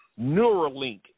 Neuralink